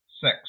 six